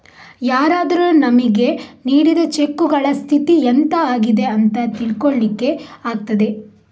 ಯಾರಾದರೂ ನಮಿಗೆ ನೀಡಿದ ಚೆಕ್ಕುಗಳ ಸ್ಥಿತಿ ಎಂತ ಆಗಿದೆ ಅಂತ ತಿಳ್ಕೊಳ್ಳಿಕ್ಕೆ ಆಗ್ತದೆ